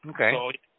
Okay